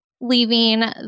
leaving